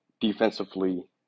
defensively